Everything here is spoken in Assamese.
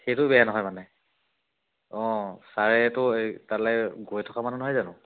সেইটোও বেয়া নহয় মানে অঁ ছাৰেটো তালৈ গৈ থকা মানুহ নহয় জানো